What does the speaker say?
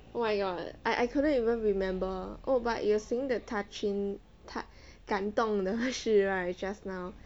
oh my god I couldn't even remember oh but you were saying the touching touc~ 感动 的事 right just now